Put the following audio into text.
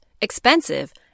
expensive